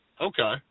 Okay